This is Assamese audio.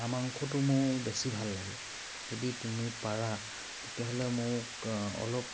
হাঁহ মাংসটো মোৰ বেছি ভাল লাগে যদি তুমি পাৰা তেতিয়াহ'লে মোক অলপ